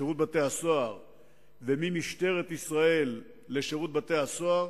לשירות בתי-הסוהר וממשטרת ישראל לשירות בתי-הסוהר